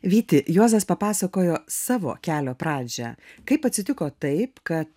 vyti juozas papasakojo savo kelio pradžią kaip atsitiko taip kad